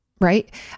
right